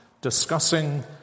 discussing